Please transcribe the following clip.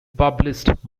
published